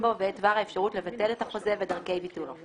בו ואת דבר האפשרות לבטל את החוזה ודרכי ביטולו.